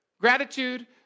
Gratitude